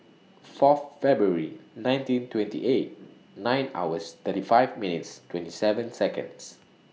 Fourth February nineteen twenty eight nine hours thirty five minutes twenty seven Seconds